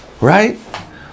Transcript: Right